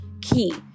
key